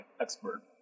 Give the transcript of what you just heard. expert